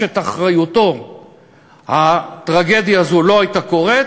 את אחריותו הטרגדיה הזאת לא הייתה קורית,